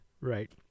Right